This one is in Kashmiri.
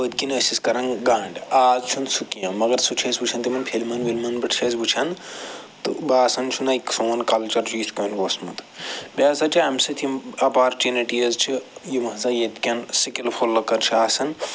پٔتۍ کِنۍ کِنن ٲسِس کَران گنٛڈ آز چھُنہٕ سُہ کیٚنٛہہ مگر سُہ چھِ أسۍ وٕچھان تِمن فلِمن وِلمن پٮ۪ٹھ چھِ اَسہِ تہٕ باسان نَے سون کلچر چھُ یِتھ کٔنۍ اوسمُت بیٚیہِ ہَسا چھِ اَمہِ سۭتۍ یِم اَپرچُنِٹیٖز چھِ یِم ہَسا ییٚتہِ کٮ۪ن سِکِل فُل لٕکن چھِ آسان